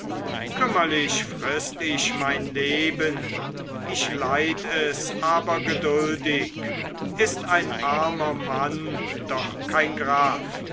kümmerlich frist ich mein leben ich leid es aber geduldig ist ein armer mann doch kein graf